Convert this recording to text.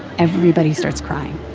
everybody starts crying